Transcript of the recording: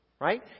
Right